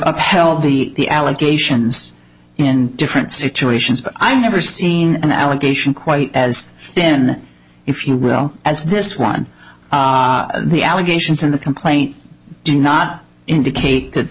upheld the allegations in different situations i've never seen an allegation quite as then if you will as this one the allegations in the complaint do not indicate that